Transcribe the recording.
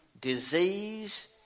disease